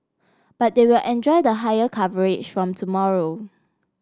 but they will enjoy the higher coverage from tomorrow